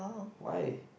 why